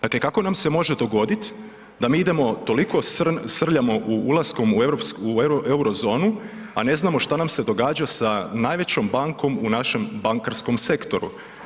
Dakle kako nam se može dogoditi da mi idemo, toliko srljamo ulaskom u Eurozonu, a ne znamo što nam se događa sa najvećom bankom u našem bankarskom sektoru.